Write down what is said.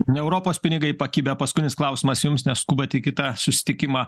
ne europos pinigai pakibę paskutinis klausimas jums nes skubate į kitą susitikimą